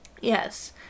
Yes